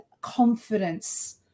confidence